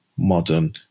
modern